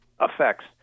effects